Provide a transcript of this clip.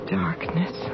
darkness